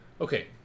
Okay